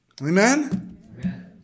Amen